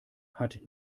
hat